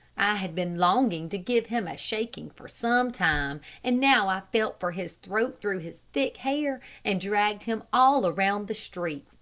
i had been longing to give him a shaking for some time, and now i felt for his throat through his thick hair, and dragged him all around the street.